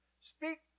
Speak